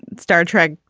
star trek,